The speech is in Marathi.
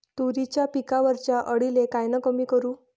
तुरीच्या पिकावरच्या अळीले कायनं कमी करू?